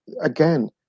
again